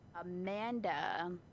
amanda